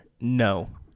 No